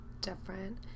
different